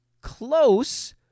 close